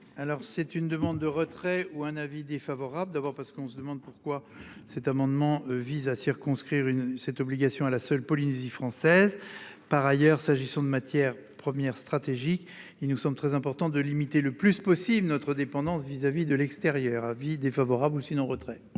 Alors c'est une demande de retrait ou un avis défavorable d'abord parce qu'on se demande pourquoi cet amendement vise à circonscrire une cette obligation à la seule Polynésie française par ailleurs s'agissant de matières premières stratégiques il nous sommes très important de limiter le plus possible notre dépendance vis-à-vis de l'extérieur, avis défavorable aussi non retrait.